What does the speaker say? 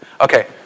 Okay